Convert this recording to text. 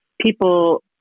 people